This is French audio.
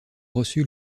reçu